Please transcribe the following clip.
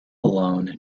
alone